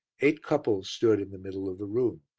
eight couples stood in the middle of the room,